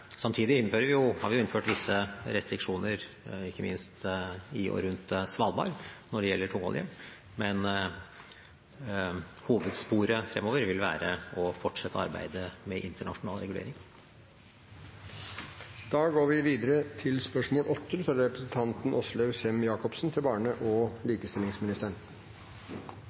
Samtidig har vi innført visse restriksjoner, ikke minst i og rundt Svalbard, når det gjelder tungolje, men hovedsporet fremover vil være å fortsette arbeidet med internasjonal regulering. Spørsmål 7 er allerede behandlet. Jeg har stilt følgende spørsmål til barne- og likestillingsministeren: